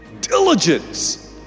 Diligence